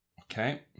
Okay